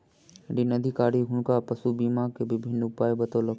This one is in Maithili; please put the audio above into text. ऋण अधिकारी हुनका पशु बीमा के विभिन्न उपाय बतौलक